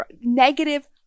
negative